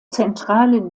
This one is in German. zentrale